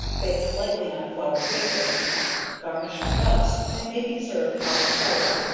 baked lightly on a floured paper garnished thus, they may be served hot or cold.